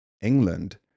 England